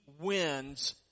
wins